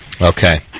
Okay